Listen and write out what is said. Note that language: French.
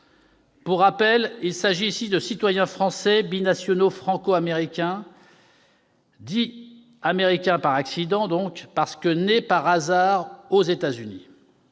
Pour rappel, il s'agit de citoyens français, binationaux franco-américains dits « Américains par accident », parce qu'ils sont nés par hasard aux États-Unis.